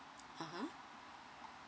ah ha